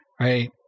right